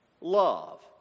love